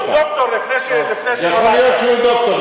הוא דוקטור לפני, יכול להיות שהוא דוקטור.